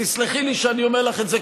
ותסלחי לי שאני אומר לך את זה,